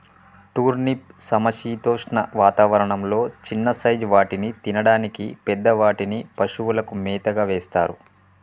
turnip సమశీతోష్ణ వాతావరణం లొ చిన్న సైజ్ వాటిని తినడానికి, పెద్ద వాటిని పశువులకు మేతగా వేస్తారు